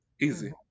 Easy